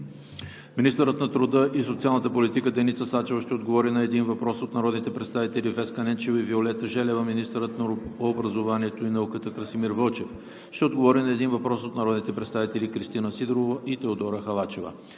Министърът на труда и социалната политика Деница Сачева ще отговори на един въпрос от народните представители Веска Ненчева и Виолета Желева. 4. Министърът на образованието и науката Красимир Вълчев ще отговори на един въпрос от народните представители Кристина Сидорова и Теодора Халачева.